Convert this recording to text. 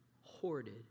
hoarded